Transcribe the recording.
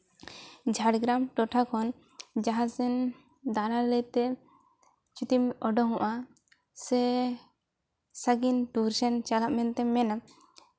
ᱡᱷᱟᱲᱜᱨᱟᱢ ᱴᱚᱴᱷᱟ ᱠᱷᱚᱱ ᱡᱟᱦᱟᱸ ᱥᱮᱱ ᱫᱟᱬᱟᱱ ᱞᱟᱹᱭᱛᱮ ᱡᱩᱫᱤᱢ ᱳᱰᱳᱠᱚᱜᱼᱟ ᱥᱮ ᱥᱟᱺᱜᱤᱧ ᱴᱩᱨ ᱥᱮᱱ ᱪᱟᱞᱟᱜ ᱢᱮᱱᱛᱮᱢ ᱢᱮᱱᱟ